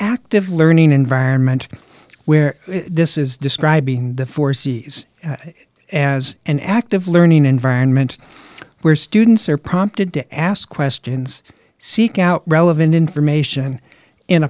active learning environment where this is describing the foresees and as an active learning environment where students are prompted to ask questions seek out relevant information